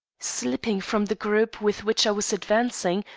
slipping from the group with which i was advancing,